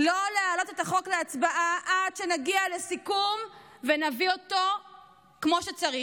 לא להעלות את החוק להצבעה עד שנגיע לסיכום ונביא אותו כמו שצריך.